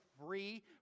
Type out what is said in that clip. free